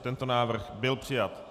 Tento návrh byl přijat.